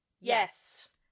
Yes